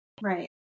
Right